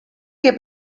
che